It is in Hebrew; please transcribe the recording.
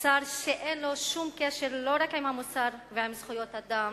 שר שאין לו שום קשר לא רק עם המוסר ועם זכויות אדם,